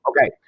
Okay